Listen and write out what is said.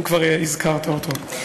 אם כבר הזכרת אותו.